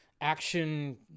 action